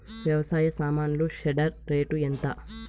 వ్యవసాయ సామాన్లు shredder rate ఎంత?